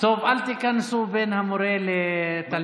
טוב, אל תיכנסו בין המורה לתלמידו.